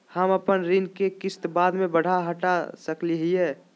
हम अपन ऋण के किस्त बाद में बढ़ा घटा सकई हियइ?